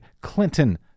Clinton